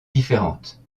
différentes